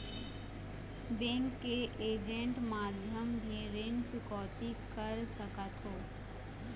Bank के agent माध्यम भी ऋण चुकौती कर सकथों?